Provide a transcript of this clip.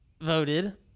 voted